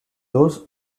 those